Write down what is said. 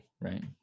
right